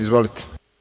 Izvolite.